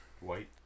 white